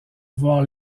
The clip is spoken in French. voir